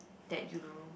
that you do